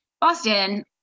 Boston